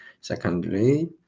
Secondly